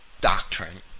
doctrine